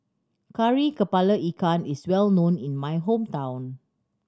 Kari Kepala Ikan is well known in my hometown